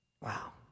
Wow